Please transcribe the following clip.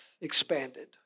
expanded